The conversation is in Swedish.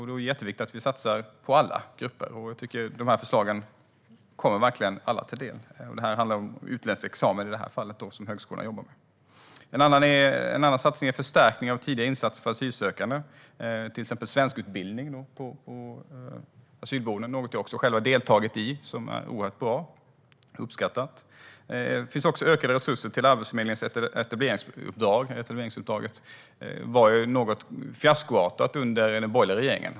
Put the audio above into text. Det är jätteviktigt att vi satsar på alla grupper, och dessa förslag kommer verkligen alla till del. I detta fall handlar det om utländsk examen, som högskolan jobbar med. En annan satsning är förstärkning av tidiga insatser för asylsökande, till exempel svenskutbildning på asylboenden. Jag har själv deltagit i detta, och det är oerhört bra och uppskattat. Det finns också ökade resurser till Arbetsförmedlingens etableringsuppdrag. Etableringsuppdraget var ju något fiaskoartat under den borgerliga regeringen.